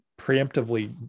preemptively